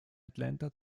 atlanta